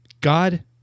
God